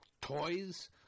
toys